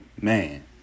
man